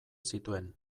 zituen